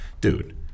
Dude